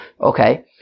Okay